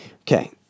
okay